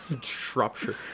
Shropshire